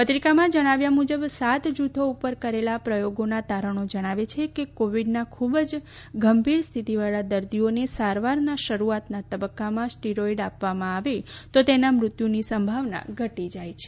પત્રિકામાં જણાવ્યા મુજબ સાત જૂથો ઉપર કરેલા પ્રયોગોના તારણો જણાવે છે કે કોવિડના ખૂબ જ ગંભીર સ્થિતીવાળા દર્દીઓને સારવારના શરૂઆતના તબક્કામાં સ્ટીરોઈડ આપવામાં આવે તો તેના મૃત્યુની સંભાવના ઘટી જાય છે